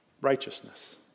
Righteousness